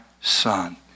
Son